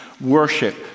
Worship